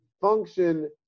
function